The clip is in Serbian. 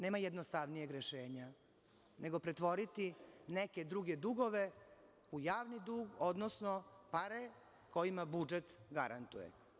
Nema jednostavnijeg rešenja nego pretvoriti neke druge dugove u javni dug, odnosno pare kojima budžet garantuje.